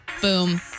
boom